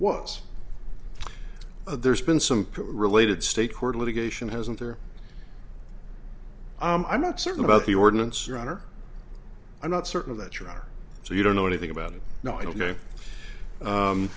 was there's been some related state court litigation hasn't there i'm not certain about the ordinance your honor i'm not certain that you are so you don't know anything about it no